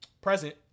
present